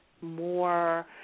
more